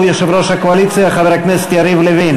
יושב-ראש הקואליציה חבר הכנסת יריב לוין.